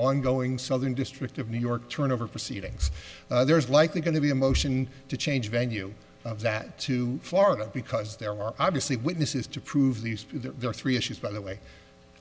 ongoing southern district of new york turn over proceedings there is likely going to be a motion to change venue of that to florida because there are obviously witnesses to prove these there are three issues by the way